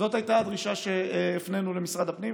זאת הייתה הדרישה שהפנינו למשרד הפנים,